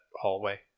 hallway